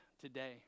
today